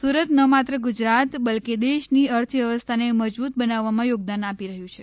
સુરત ન માત્ર ગુજરાત બલકે દેશની અર્થવ્યવસ્થાને મજબૂત બનાવવામાં યોગદાન આપી રહ્યું છે